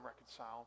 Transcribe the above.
reconciled